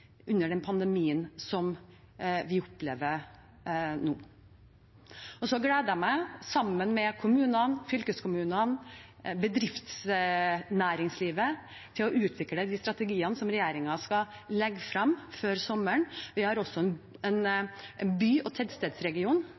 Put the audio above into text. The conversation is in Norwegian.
under den pandemien som vi opplever nå. Og så gleder jeg meg, sammen med kommunene, fylkeskommunene og bedriftsnæringslivet, til å utvikle de strategiene som regjeringen skal legge frem før sommeren. Vi har også